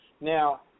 Now